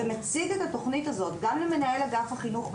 ומציג את התכנית הזו גם למנהל אגף החינוך,